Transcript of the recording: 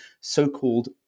So-called